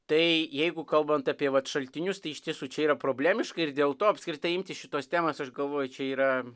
tai jeigu kalbant apie vat šaltinius tai iš tiesų čia yra problemiška ir dėl to apskritai imtis šitos temos aš galvoju čia yra